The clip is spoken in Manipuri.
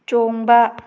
ꯆꯣꯡꯕ